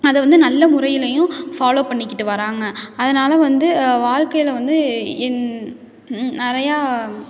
அதை வந்து நல்ல முறையிலேயும் ஃபாலோ பண்ணிக்கிட்டு வராங்க அதனால் வந்து வாழ்க்கையில வந்து என் நிறையா